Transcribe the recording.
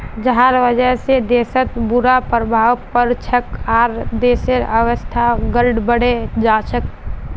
जहार वजह से देशत बुरा प्रभाव पोरछेक आर देशेर अर्थव्यवस्था गड़बड़ें जाछेक